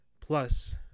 Plus